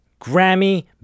Grammy